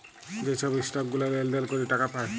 যে ছব ইসটক গুলা লেলদেল ক্যরে টাকা পায়